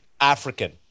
African